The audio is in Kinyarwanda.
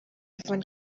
ivan